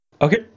okay